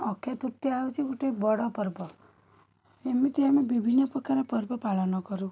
ଅକ୍ଷୟତୃତୀୟା ହେଉଛି ଗୋଟିଏ ବଡ଼ପର୍ବ ଏମିତି ଆମେ ବିଭିନ୍ନ ପ୍ରକାର ପର୍ବପାଳନ କରୁ